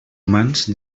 humans